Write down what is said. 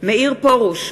מאיר פרוש,